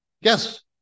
Yes